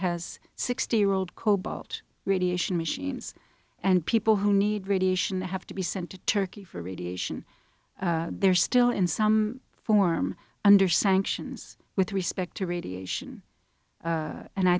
has sixty year old cobalt radiation machines and people who need radiation that have to be sent to turkey for radiation they're still in some form under sanctions with respect to radiation and i